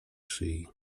szyi